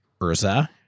Urza